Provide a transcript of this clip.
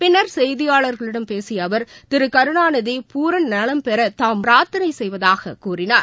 பின்னா் செய்தியாளா்களிடம் பேசியஅவா் திருகருணாநிதி பூரணநலம்பெறதாம் பிரார்த்தனைசெய்வதாகக் கூறினார்